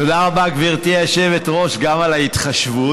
תודה רבה, גברתי היושבת-ראש, גם על ההתחשבות.